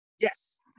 Yes